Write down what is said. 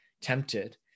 tempted